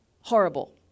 horrible